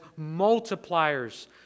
multipliers